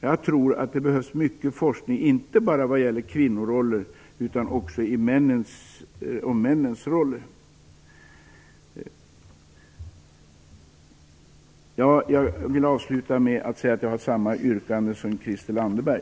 Jag tror att det behövs mycket forskning inte bara vad gäller kvinnoroller utan också om männens roller. Jag vill avsluta med att säga att jag har samma yrkande som Christel Anderberg.